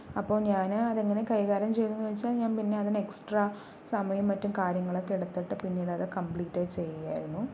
അപ്പോൾ ഞാൻ അതെങ്ങനെ കൈകാര്യം ചെയ്തത് എന്നുവച്ചാല് ഞാന് പിന്നെ അതിന് എക്സ്ട്രാ സമയവും മറ്റു കാര്യങ്ങളും ഒക്കെ എടുത്തിട്ട് പിന്നീടത് കമ്പ്ലീറ്റ് ചെയ്യുകയായിരുന്നു